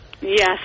Yes